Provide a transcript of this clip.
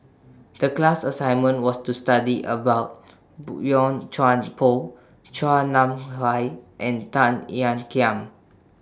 The class assignment was to study about Boey Chuan Poh Chua Nam Hai and Tan Ean Kiam